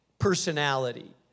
personality